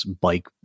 bike